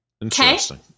Interesting